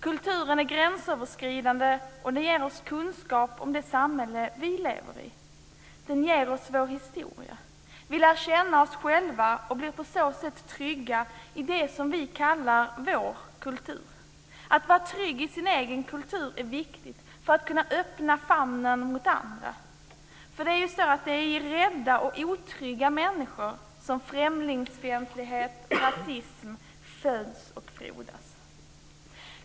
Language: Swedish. Kulturen är gränsöverskridande, och den ger oss kunskap om det samhälle vi lever i. Den ger oss vår historia. Vi lär känna oss själva och blir på så sätt trygga i det som vi kallar vår egen kultur. Att vara trygg i sin egen kultur är viktigt för att kunna öppna famnen mot andra. Det är i rädda och otrygga människor som främlingsfientlighet och rasism föds och frodas.